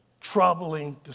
troubling